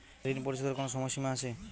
ঋণ পরিশোধের কোনো সময় সীমা আছে?